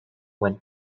when